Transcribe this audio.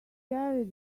carry